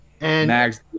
Max